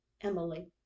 Emily